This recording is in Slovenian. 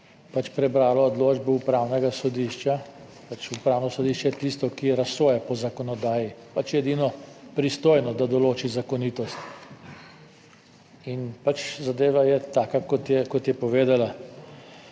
pač prebrala odločbo Upravnega sodišča, Upravno sodišče je tisto, ki razsoja po zakonodaji pač je edino pristojno, da določi zakonitost in pač zadeva je taka kot je, kot je povedala.